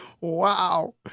Wow